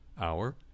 hour